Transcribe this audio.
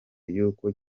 yuko